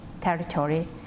territory